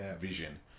vision